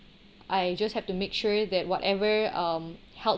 I just have to make sure that whatever um health